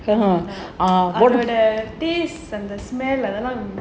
அதோட:athoda